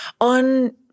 On